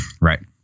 Right